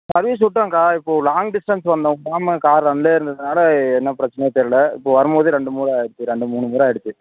service விட்டோம்க்கா இப்போது long distance வந்தோம் காரு வந்துட்டே இருந்ததுனால் என்னா பிரச்சனையோ தெரியல இப்போது வரும்போது ரெண்டு முறை ஆகிடுச்சி ரெண்டு மூனு முறை ஆகிடுச்சி